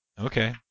Okay